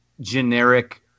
generic